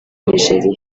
nigeria